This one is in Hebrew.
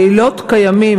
לילות כימים,